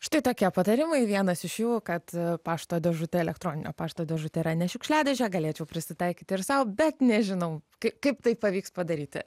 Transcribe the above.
štai tokie patarimai vienas iš jų kad pašto dėžutė elektroninio pašto dėžutė yra ne šiukšliadėžė galėčiau prisitaikyti ir sau bet nežinau kaip tai pavyks padaryti